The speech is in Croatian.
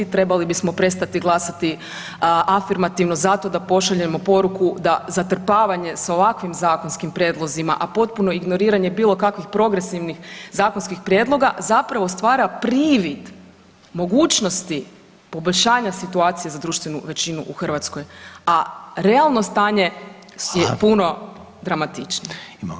Trebali bismo prestati glasati afirmativno zato da pošaljemo poruku da zatrpavanje sa ovakvim zakonskim prijedlozima, a potpuno ignoriranje bilo kakvih progresivnih zakonskih prijedloga zapravo stvara privid mogućnosti poboljšanja situacije za društvenu većinu u Hrvatskoj, a realno stanje je puno dramatičnije.